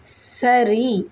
சரி